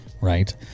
Right